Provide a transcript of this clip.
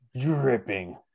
dripping